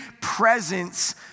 presence